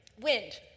Wind